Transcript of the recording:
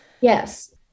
Yes